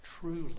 truly